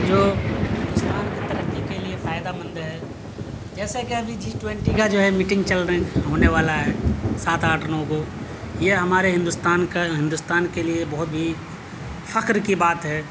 جو ہندوستان کی ترقی کے لیے فائدہ مند ہے جیسا کہ ابھی جی ٹونٹی کا جو ہے میٹنگ چل رہیں ہونے والا ہے سات آٹھ نو کو یہ ہمارے ہندوستان کا ہندوستان کے لیے بہت ہی فخر کی بات ہے